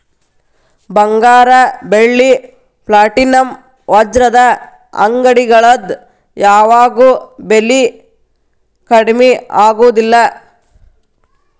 ಬಂಗಾರ ಬೆಳ್ಳಿ ಪ್ಲಾಟಿನಂ ವಜ್ರದ ಅಂಗಡಿಗಳದ್ ಯಾವಾಗೂ ಬೆಲಿ ಕಡ್ಮಿ ಆಗುದಿಲ್ಲ